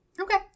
Okay